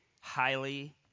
highly